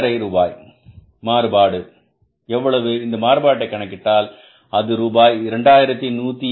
5 மாறுபாடு எவ்வளவு இந்த மாறுபாட்டை கணக்கிட்டால் அது ரூபாய் 2187